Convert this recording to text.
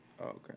Okay